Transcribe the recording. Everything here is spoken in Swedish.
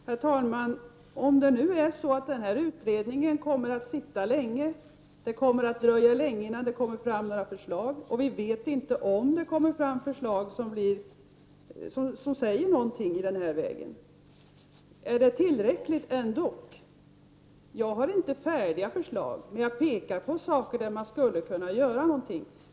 Herr talman! Är det tillräckligt med en utredning även om det kommer att dröja länge innan den lägger fram några förslag och även om vi inte vet om dessa kommer att leda fram till några positiva resultat? Jag har inte några färdiga förslag, men jag pekar på många punkter där man skulle kunna göra något.